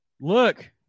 Look